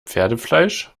pferdefleisch